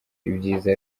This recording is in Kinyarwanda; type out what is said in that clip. ibyiza